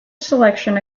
selection